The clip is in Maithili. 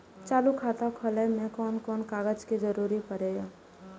चालु खाता खोलय में कोन कोन कागज के जरूरी परैय?